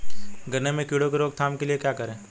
गन्ने में कीड़ों की रोक थाम के लिये क्या करें?